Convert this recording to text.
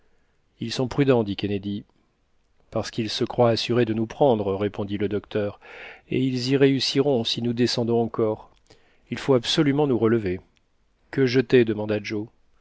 ils sont prudents dit kennedy parce qu'ils se croient assurés de nous prendre répondit le docteur et ils y réussiront si nous descendons encore il faut absolument nous relever que jeter demanda joe